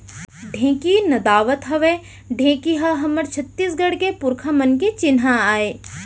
ढेंकी नदावत हावय ढेंकी ह हमर छत्तीसगढ़ के पुरखा मन के चिन्हा आय